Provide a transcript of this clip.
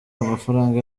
amafaranga